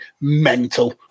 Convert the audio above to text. mental